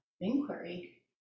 inquiry